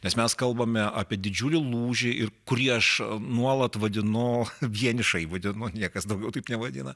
nes mes kalbame apie didžiulį lūžį ir kurį aš nuolat vadinu vienišai vadinu niekas daugiau taip nevadina